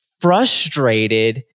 frustrated